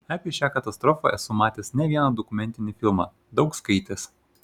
apie šią katastrofą esu matęs ne vieną dokumentinį filmą daug skaitęs